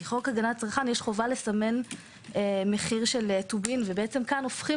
חוק הגנת הצרכן יש חובה לסמן מחיר של טובין וכאן הופכים